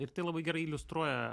ir tai labai gerai iliustruoja